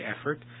effort